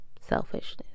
selfishness